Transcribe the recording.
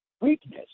weakness